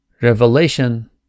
revelation